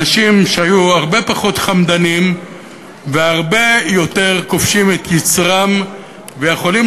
אנשים שהיו הרבה פחות חמדנים והרבה יותר כובשים את יצרם ויכולים